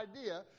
idea